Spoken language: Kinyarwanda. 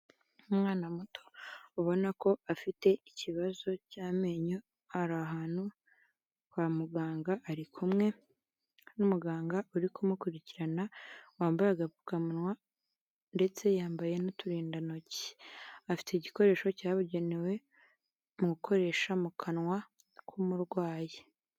Umwana muto ubona ko afite ikibazo cy'amenyo ari ahantu kwa muganga ari kumwe n'umuganga uri kumukurikirana, wambaye agapfukamunwa ndetse yambaye n'uturindantoki, afite igikoresho cyabugenewe mu gukoresha mu kanwa k'umurwayi.